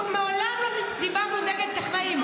מעולם לא דיברנו נגד טכנאים.